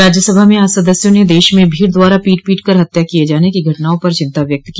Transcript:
राज्यसभा में आज सदस्यों ने देश में भीड़ द्वारा पीट पीट कर हत्या किये जाने की घटनाओं पर चिन्ता व्यक्त की